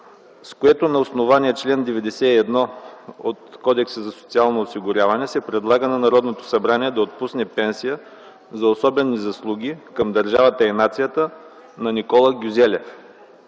с което на основание чл. 91 от Кодекса за социално осигуряване се предлага на Народното събрание да отпусне пенсия за особени заслуги към държавата и нацията на Никола Гюзелев.